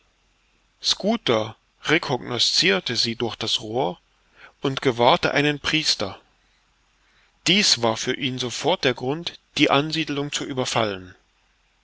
schooter recognoscirte sie durch das rohr und gewahrte einen priester dies war für ihn sofort der grund die ansiedelung zu überfallen